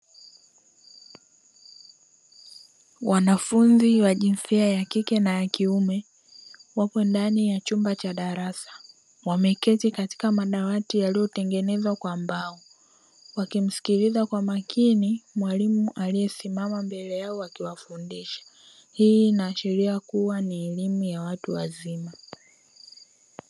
Wanafunzi wa jinsia ya kike na ya kiume wapo ndani ya chumba cha darasa wameketi katika madawati yaliyotengenezwa kwa mbao, wakimsikiliza kwa makini mwalimu aliyesimama mbele yao akiwafundisha, hii inaashiria kuwa ni elimu ya watu wazima.